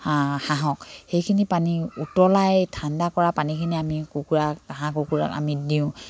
হাঁ হাঁহক সেইখিনি পানী উতলাই ঠাণ্ডা কৰা পানীখিনি আমি কুকুৰাক হাঁহ কুকুৰাক আমি দিওঁ